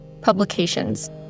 publications